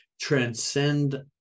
transcend